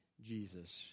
jesus